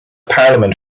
parliament